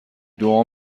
دعا